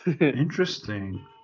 Interesting